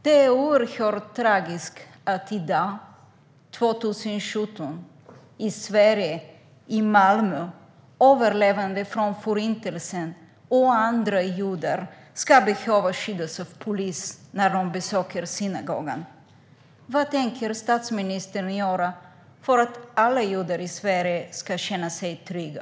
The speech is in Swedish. Det är oerhört tragiskt att överlevande från Förintelsen och andra judar i dag, 2017, i Sverige, i Malmö, ska behöva skyddas av polis när de besöker synagogan. Vad tänker statsministern göra för att alla judar i Sverige ska känna sig trygga?